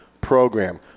program